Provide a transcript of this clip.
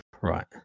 right